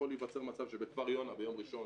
יכול להיווצר מצב בכפר יונה ביום ראשון